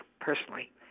personally